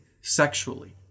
sexually